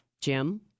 Jim